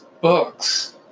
books